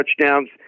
touchdowns